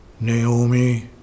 Naomi